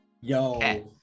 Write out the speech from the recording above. Yo